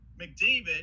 McDavid